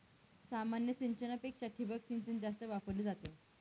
सामान्य सिंचनापेक्षा ठिबक सिंचन जास्त वापरली जाते